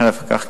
חרף כך,